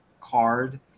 card